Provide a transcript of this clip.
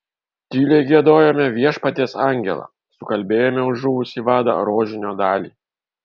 tyliai giedojome viešpaties angelą sukalbėjome už žuvusį vadą rožinio dalį